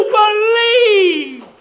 believe